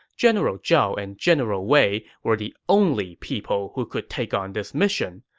general zhao and general wei were the only people who could take on this mission.